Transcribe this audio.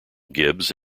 gibbs